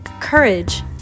courage